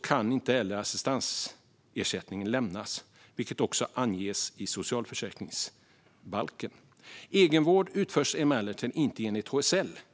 kan inte heller assistansersättning lämnas, vilket också anges i socialförsäkringsbalken. Egenvård utförs emellertid inte enligt HSL.